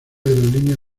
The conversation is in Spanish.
aerolínea